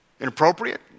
inappropriate